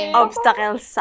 obstacles